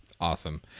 Awesome